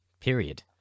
Period